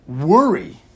worry